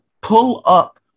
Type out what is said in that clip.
pull-up